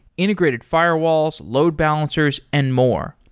integrated firewalls, load balancers and more.